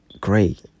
great